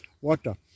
water